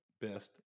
best